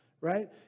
right